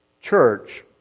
church